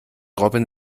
robin